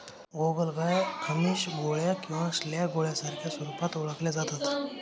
गोगलगाय आमिष, गोळ्या किंवा स्लॅग गोळ्यांच्या स्वरूपात ओळखल्या जाता